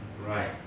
Right